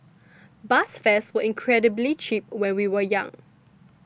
bus fares were incredibly cheap when we were young